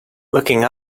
looking